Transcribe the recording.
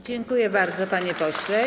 Dziękuję bardzo, panie pośle.